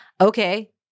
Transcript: Okay